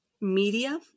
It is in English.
media